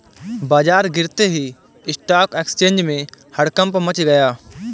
बाजार गिरते ही स्टॉक एक्सचेंज में हड़कंप मच गया